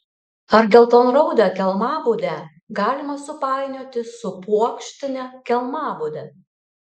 ar geltonraudę kelmabudę galima supainioti su puokštine kelmabude